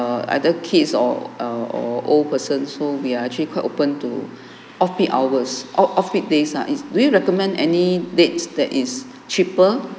other kids or or or old person so we are actually quite open to off peak hours off off peak days ah do you recommend any dates that is cheaper